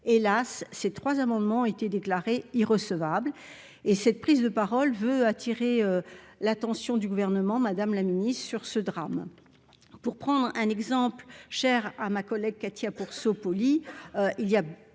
hélas, ces trois amendements été déclarée irrecevable et cette prise de parole veut attirer l'attention du gouvernement, Madame la Ministre, sur ce drame pour prendre un exemple, cher à ma collègue, Katia pour il y a de nombreux enfants qui sont atteints